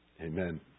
amen